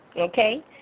Okay